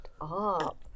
up